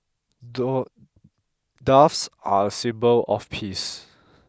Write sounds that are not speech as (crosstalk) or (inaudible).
(unintelligible) Doves are a symbol of peace